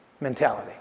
mentality